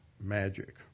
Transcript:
magic